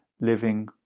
living